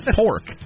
pork